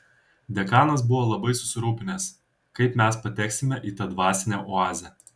dekanas buvo labai susirūpinęs kaip mes pateksime į tą dvasinę oazę